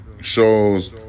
shows